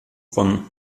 von